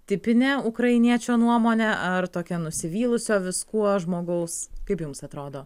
tipinė ukrainiečio nuomonė ar tokia nusivylusio viskuo žmogaus kaip jums atrodo